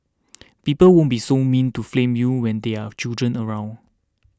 people won't be so mean to flame you when there are children around